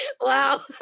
Wow